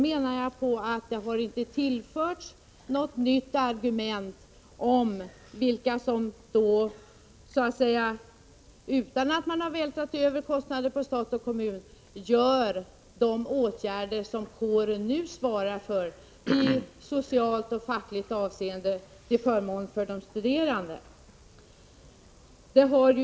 Jag anser att det inte har framförts någonting nytt i frågan om vilka som — utan att man vältrar över kostnader på stat och kommun — skall stå för de åtgärder i socialt och fackligt avseende, till förmån för de studerande, som kåren nu svarar för.